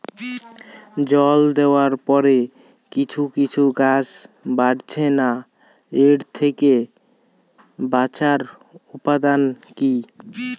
জল দেওয়ার পরে কিছু কিছু গাছ বাড়ছে না এর থেকে বাঁচার উপাদান কী?